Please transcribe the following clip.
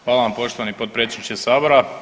Hvala vam poštovani potpredsjedniče sabora.